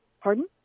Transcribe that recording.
Pardon